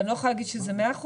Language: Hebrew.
אני לא יכולה להגיד שזה 100%,